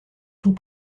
tout